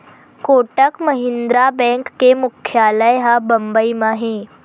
Kotak Mahindra bank के मुख्यालय ह बंबई म हे